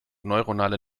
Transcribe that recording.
neuronale